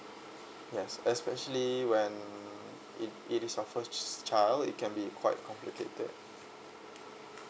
yes especially when it it is your first child it can be quite complicated